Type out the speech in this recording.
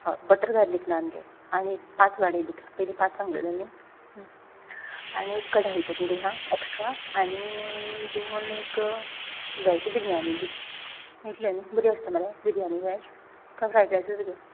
हय butter garlic naan घे आनी एक पांच वाडय भितर पयली पांच सांगलल्यो न्ही आनी एक कढाई पनीर सांग एक्स्ट्रा आनी दोन एक वॅज बिरयानी दी मेळटल्यो न्ही बरी आसता मरे बिरयानी वॅज काय फ्रायड रायसच घेवं